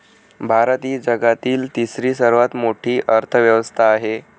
भारत ही जगातील तिसरी सर्वात मोठी अर्थव्यवस्था आहे